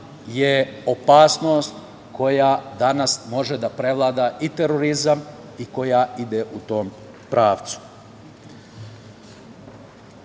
je opasnost koja danas može da prevlada i terorizam i koja ide u tom pravcu. Takođe,